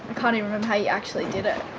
can't even remember how you actually did it,